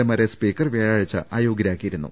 എമാരെ സ്പീക്കർ വ്യാഴാഴ്ച അയോഗ്യരാക്കിയിരുന്നു